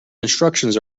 instructions